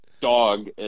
dog